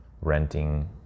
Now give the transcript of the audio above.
renting